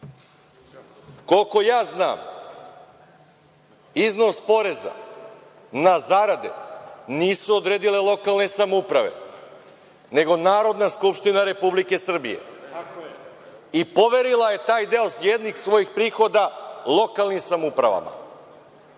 ja znam iznos poreza na zarade nisu odredile lokalne samouprave, nego Narodna skupština Republike Srbije i poverila je taj deo jednih svojih prihoda lokalnim samoupravama